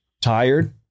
tired